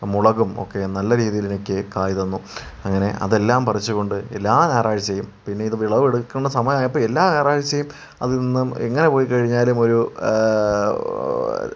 മുളകും ഒക്കെ നല്ല രീതിയിൽ എനിക്ക് കായ് തന്നു അങ്ങനെ അതെല്ലാം പറിച്ചുകൊണ്ട് എല്ലാ ഞായറാഴ്ച്ചയും പിന്നെ ഇത് വിളവെടുക്കേണ്ട സമയം ആയപ്പോൾ എല്ലാ ഞായറാഴ്ച്ചയും അതിൽ നിന്നും എങ്ങനെ പോയി കഴിഞ്ഞാലും ഒരു